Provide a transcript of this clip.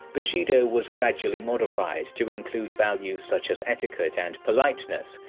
bushido was gradually modified to include values such as etiquette and politeness,